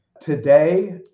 Today